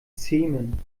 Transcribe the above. zähmen